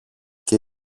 και